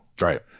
Right